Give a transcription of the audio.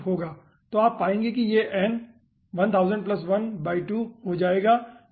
तो आप पाएंगे कि यह n 1000 1 2 हो जाएगा